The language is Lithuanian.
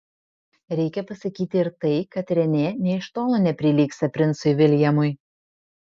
reikia pasakyti ir tai kad renė nė iš tolo neprilygsta princui viljamui